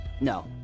no